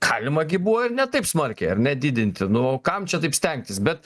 galima gi buvo ir ne taip smarkiai ar ne didinti nu kam čia taip stengtis bet